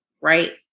right